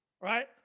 right